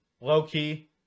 Low-key